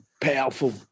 powerful